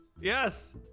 yes